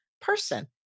person